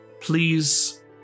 please